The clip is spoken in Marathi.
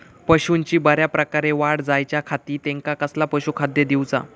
पशूंची बऱ्या प्रकारे वाढ जायच्या खाती त्यांका कसला पशुखाद्य दिऊचा?